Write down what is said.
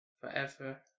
forever